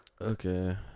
Okay